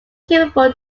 capable